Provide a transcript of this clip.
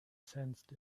sensed